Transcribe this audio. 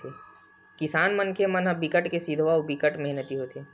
किसान मनखे मन ह बिकट के सिधवा अउ बिकट मेहनती होथे